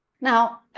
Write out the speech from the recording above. Now